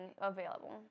available